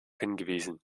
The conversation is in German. hingewiesen